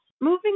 Moving